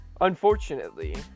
Unfortunately